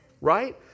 Right